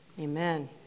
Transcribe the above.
Amen